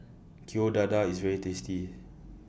Kueh Dadar IS very tasty